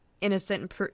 innocent